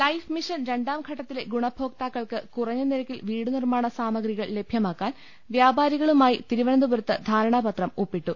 life mission രണ്ടാംഘട്ടത്തിലെ ഗുണഭോക്താക്കൾക്ക് കുറഞ്ഞ നിരക്കിൽ വീടുനിർമ്മാണ സാമഗ്രികൾ ലഭ്യമാക്കാൻ വ്യാപാരികളുമായി തിരുവനന്തപുരത്ത് ധാരണാപത്രം ഒപ്പിട്ടു